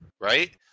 right